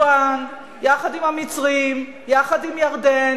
ארדואן, יחד עם המצרים, יחד עם ירדן,